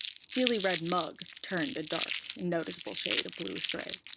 steely red mug turned a dark and noticeable shade of blueish-gray,